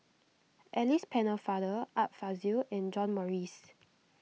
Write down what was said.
Alice Pennefather Art Fazil and John Morrice